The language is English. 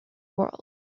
world